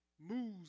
moves